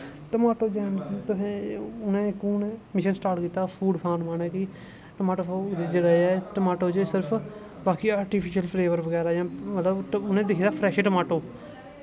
tomato jam तुसें हून इक उ'नें मिशन स्टार्ट कीता हा फूड फार्मा नै कि टमाटो सास जे जेह्ड़ा टमाटो च सिर्फ बाकी आर्टीफिशल फ्लेवर जां मतलब उ'नें लिखे दे फ्रैश टमाटो